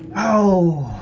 o